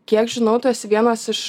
kiek žinau tu esi vienas iš